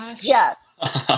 Yes